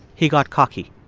he got cocky